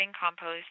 compost